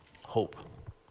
Hope